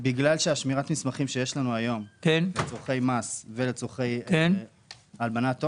בגלל ששמירת המסמכים שיש לנו היום לצורכי מס ולצורכי הלבנת הון,